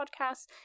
podcasts